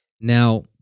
Now